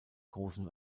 großen